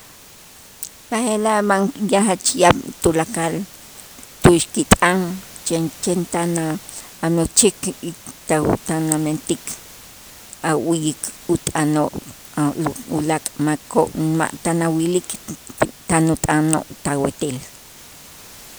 B'aje'laj ya jach yaab' tulakal tu'ux kit'an chen chen tan a- amächik y tawo tan amentik awu'yik ut'anoo' a' lu ulaak' makoo' ma' tan awilik tan ut'anoo' tawetel.